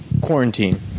Quarantine